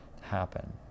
happen